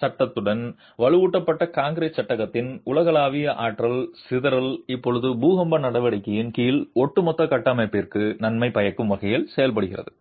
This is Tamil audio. சாதத்துடன் வலுவூட்டப்பட்ட கான்கிரீட் சட்டகத்தின் உலகளாவிய ஆற்றல் சிதறல் இப்போது பூகம்ப நடவடிக்கையின் கீழ் ஒட்டுமொத்த கட்டமைப்பிற்கு நன்மை பயக்கும் வகையில் செயல்படுகிறது